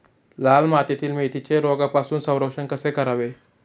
लाल मातीतील मेथीचे रोगापासून संरक्षण कसे करावे?